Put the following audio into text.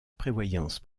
prévoyance